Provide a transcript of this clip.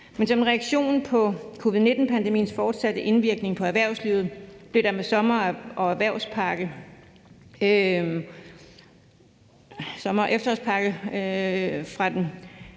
Men som en reaktion på covid-19-pandemiens fortsatte indvirkning på erhvervslivet blev der med sommer- og erhvervspakken fra den